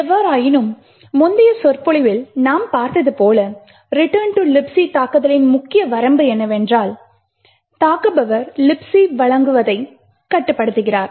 எவ்வாறாயினும் முந்தைய சொற்பொழிவில் நாம் பார்த்தது போல Return to Libc தாக்குதலின் முக்கிய வரம்பு என்னவென்றால் தாக்குபவர் Libc வழங்குவதைக் கட்டுப்படுத்துகிறார்